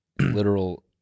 literal